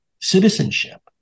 citizenship